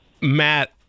Matt